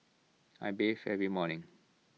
I bathe every morning